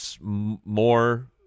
more